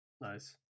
Nice